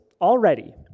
already